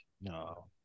No